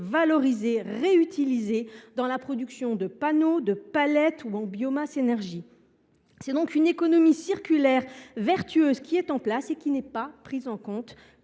valorisé, réutilisé dans la production de panneaux, de palettes ou en biomasse énergie. C’est donc une économie circulaire vertueuse qui est en place, mais elle n’est pas prise en compte